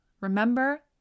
remember